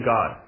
God